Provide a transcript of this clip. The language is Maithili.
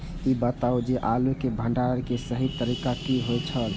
ई बताऊ जे आलू के भंडारण के सही तरीका की होय छल?